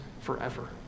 forever